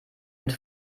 mit